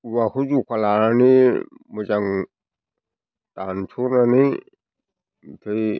औवाखौ जखा लानानै मोजां दानस'नानै ओमफ्राय